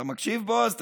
אתה מקשיב בועז?